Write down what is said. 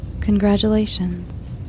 Congratulations